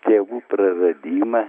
tėvų pravedimą